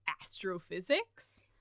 astrophysics